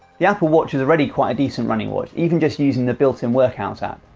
the apple watch is already quite a decent running watch, even just using the built in workout app.